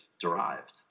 derived